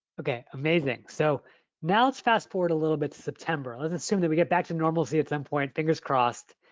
okay, amazing. so now let's fast forward a little bit to september. let's assume that we get back to normalcy at some point, fingers crossed.